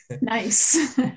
Nice